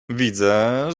widzę